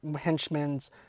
henchmen's